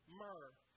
myrrh